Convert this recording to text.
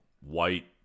white